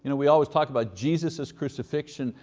and we always talk about jesus's crucifixion,